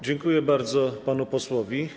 Dziękuję bardzo panu posłowi.